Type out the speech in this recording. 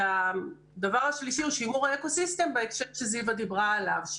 והדבר השלישי הוא שימוש אקו-סיסטם בהקשר שזיווה דיברה עליו,